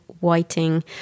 whiting